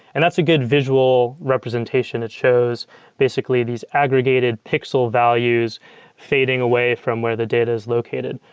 and that's a good visual representation that shows basically these aggregated pixel values fading away from where the data is located.